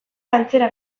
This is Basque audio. antzera